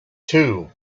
two